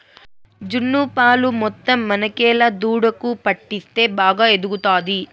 జున్ను పాలు మొత్తం మనకేలా దూడకు పట్టిస్తే బాగా ఎదుగుతాది